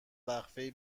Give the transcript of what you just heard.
وقفههای